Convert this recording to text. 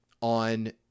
on